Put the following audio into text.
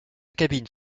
cabine